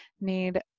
need